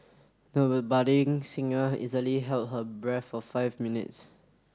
the budding singer easily held her breath for five minutes